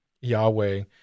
Yahweh